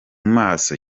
maso